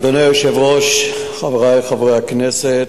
אדוני היושב-ראש, חברי חברי הכנסת,